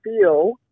feel